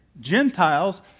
Gentiles